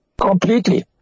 Completely